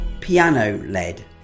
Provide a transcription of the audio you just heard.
piano-led